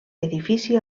edifici